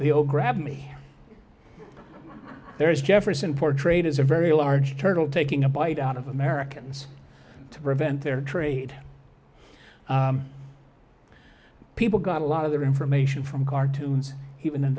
the old grab me there is jefferson portrayed as a very large turtle taking a bite out of americans to prevent their trade people got a lot of their information from cartoons even